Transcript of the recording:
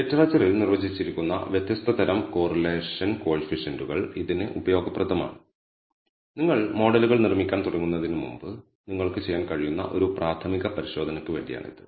ലിറ്ററേച്ചറിൽ നിർവചിച്ചിരിക്കുന്ന വ്യത്യസ്ത തരം കോറിലേഷൻ കോയിഫിഷ്യൻറുകൾ ഇതിന് ഉപയോഗപ്രദമാണ് നിങ്ങൾ മോഡലുകൾ നിർമ്മിക്കാൻ തുടങ്ങുന്നതിനുമുമ്പ് നിങ്ങൾക്ക് ചെയ്യാൻ കഴിയുന്ന ഒരു പ്രാഥമിക പരിശോധനക്ക് വേണ്ടിയാണിത്